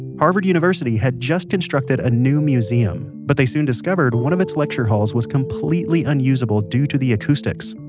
harvard university had just constructed a new museum. but they soon discovered one of its lecture halls was completely unusable due to the acoustics.